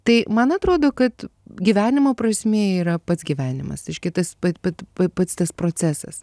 tai man atrodo kad gyvenimo prasmė yra pats gyvenimas reiškia tas pat p pats tas procesas